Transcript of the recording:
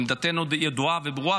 עמדתנו ידועה וברורה,